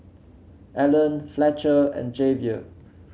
Alan Fletcher and Javier